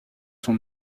son